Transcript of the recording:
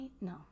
no